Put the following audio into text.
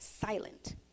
silent